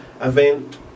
event